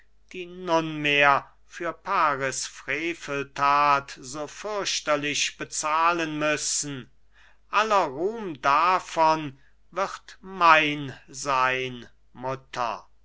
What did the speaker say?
die nunmehr für paris frevelthat so fürchterlich bezahlen müssen aller ruhm davon wird mein sein mutter